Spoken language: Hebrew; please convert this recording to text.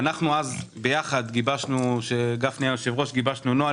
אז ביחד גיבשנו, כשגפני היה יושב-ראש, נוהל.